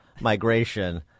migration